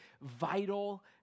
vital